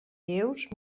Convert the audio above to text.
vius